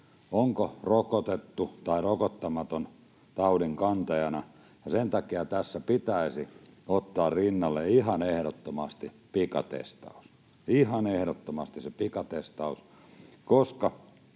onko rokotettu tai rokottamaton taudinkantajana, ja sen takia tässä pitäisi ottaa rinnalle ihan ehdottomasti pikatestaus — ihan ehdottomasti se pikatestaus — koska